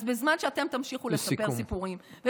אז בזמן שאתם תמשיכו לספר סיפורים, לסיכום.